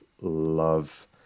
love